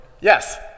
Yes